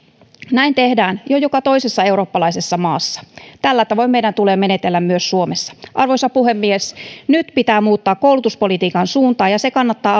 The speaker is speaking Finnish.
näin tehdään jo joka toisessa eurooppalaisessa maassa tällä tavoin meidän tulee menetellä myös suomessa arvoisa puhemies nyt pitää muuttaa koulutuspolitiikan suuntaa ja se kannattaa